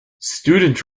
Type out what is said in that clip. student